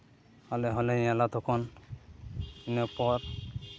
ᱟᱞᱮ ᱦᱚᱸᱞᱮ ᱧᱮᱞᱟ ᱛᱚᱠᱷᱚᱱ ᱤᱱᱟᱹ ᱯᱚᱨ